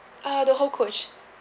uh the whole coach